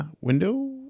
window